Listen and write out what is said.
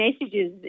messages